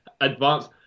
advanced